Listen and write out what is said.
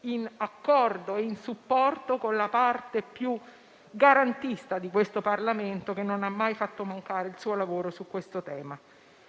in accordo e in supporto con la parte più garantista di questo Parlamento, che non ha mai fatto mancare il suo lavoro su questo tema.